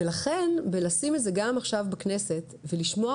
ולכן ולשים את זה גם עכשיו בכנסת ולשמוע